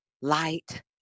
light